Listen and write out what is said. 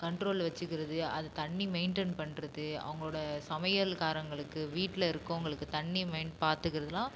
கண்ட்ரோலில் வச்சுக்கிறது அதை தண்ணி மெயின்டென் பண்ணுறது அவங்களோட சமையல்காரங்களுக்கு வீட்டில் இருக்கறவங்களுக்கு தண்ணி மெயின் பார்த்துக்கறதுலாம்